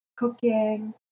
cooking